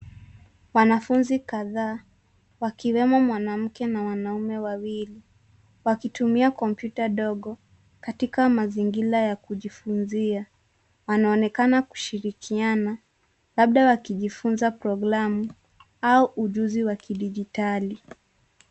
Wanafunzi kadhaa wakiwemo mwanamke na mwanamme wawili wakitumia kompyuta ndogo katika mazingira ya kujifunzia. Wanaonekana kushirikiana labda wakijifunza programu au ujuzi wa kidijitali.